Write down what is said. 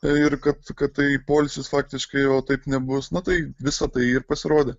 ir kad tai poilsis faktiškai o taip nebus na tai visa tai ir pasirodė